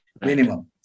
minimum